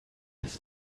des